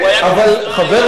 אבל, חבר הכנסת